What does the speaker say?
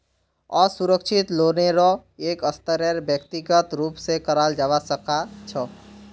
असुरक्षित लोनेरो एक स्तरेर व्यक्तिगत रूप स कराल जबा सखा छ